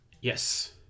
Yes